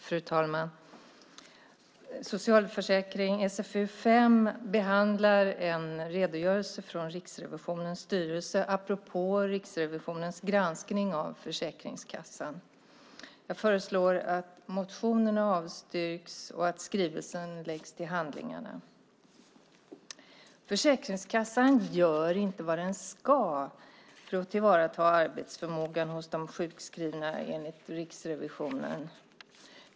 Fru talman! Jag föreslår att motionerna avslås och att skrivelsen läggs till handlingarna. Försäkringskassan gör inte vad den ska för att tillvarata arbetsförmågan hos de sjukskrivna, enligt Riksrevisionen.